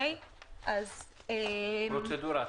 פרוצדורה.